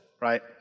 right